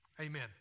Amen